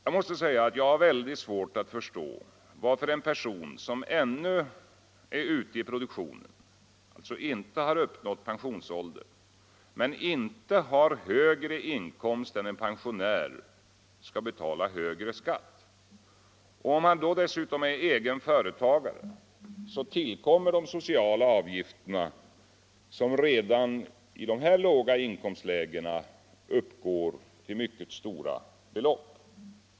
Jag har väldigt svårt att förstå, varför en person som ännu är ute i produktionen — som alltså inte har uppnått pensionsåldern — men inte har högre inkomst än en pensionär skall betala högre skatt. Är han egen företagare tillkommer dessutom de sociala avgifterna, som redan i låga inkomstlägen uppgår till stora belopp.